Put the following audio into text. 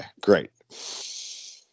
great